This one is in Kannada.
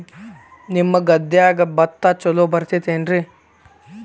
ನಿಮ್ಮ ಗದ್ಯಾಗ ಭತ್ತ ಛಲೋ ಬರ್ತೇತೇನ್ರಿ?